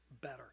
better